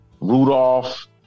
rudolph